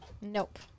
Nope